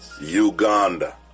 Uganda